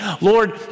Lord